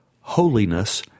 Holiness